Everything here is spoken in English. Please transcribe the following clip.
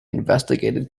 investigated